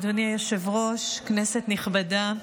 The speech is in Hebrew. אדוני היושב-ראש, כנסת נכבדה,